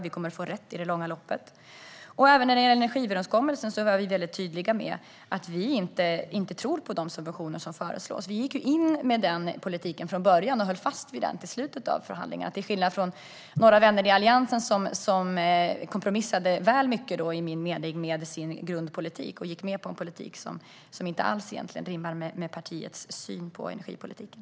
Vi kommer att få rätt i långa loppet. Även när det gäller energiöverenskommelsen har vi varit tydliga med att vi inte tror på de subventioner som föreslås. Vi gick in med den politiken från början och höll fast vid den till slutet av förhandlingarna - till skillnad från några vänner i Alliansen som kompromissade väl mycket, enligt min mening, och gick med på en politik som egentligen inte alls rimmar med partiets syn på energipolitiken.